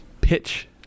pitch